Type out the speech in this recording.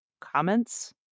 comments